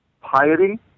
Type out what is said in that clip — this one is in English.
piety